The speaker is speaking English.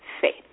faith